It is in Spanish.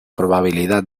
probabilidad